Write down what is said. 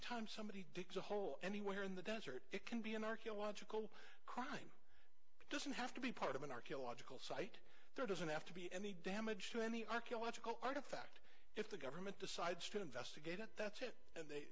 time somebody digs a hole anywhere in the desert it can be an archaeological crime doesn't have to be part of an archaeological site there doesn't have to be any damage to any archaeological artifact government decides to investigate it that's it